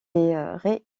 est